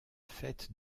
fête